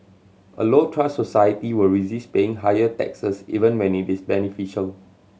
a low trust society will resist paying higher taxes even when it is beneficial